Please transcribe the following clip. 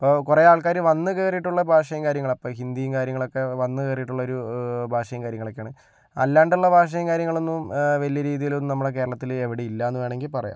അപ്പോൾ കുറേ ആൾക്കാർ വന്ന് കയറിയിട്ടുള്ള ഭാഷയും കാര്യങ്ങളും അപ്പോൾ ഹിന്ദിയും കാര്യങ്ങളൊക്കെ വന്ന് കയറിയിട്ടുള്ള ഒരു ഭാഷയും കാര്യങ്ങളൊക്കെയാണ് അല്ലാണ്ടുള്ള ഭാഷയും കാര്യങ്ങളൊന്നും വലിയ രീതിയിലൊന്നും നമ്മുടെ കേരളത്തിൽ എവിടെയും ഇല്ലായെന്ന് വേണമെങ്കിൽ പറയാം